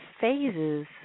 phases